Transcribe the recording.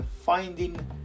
finding